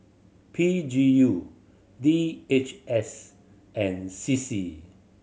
P G U D H S and C C